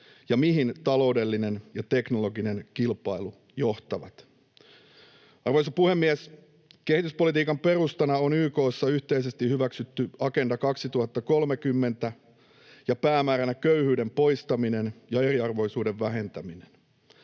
ja mihin taloudellinen ja teknologinen kilpailu johtavat. Arvoisa puhemies! Kehityspolitiikan perustana on YK:ssa yhteisesti hyväksytty Agenda 2030 ja päämääränä on köyhyyden poistaminen ja eriarvoisuuden vähentäminen.